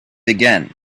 again